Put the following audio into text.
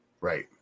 Right